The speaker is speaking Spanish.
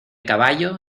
caballo